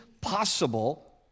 possible